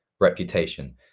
reputation